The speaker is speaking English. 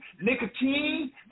nicotine